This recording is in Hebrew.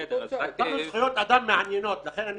הצגת זכויות אדם מעניינות, לכן אני